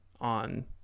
on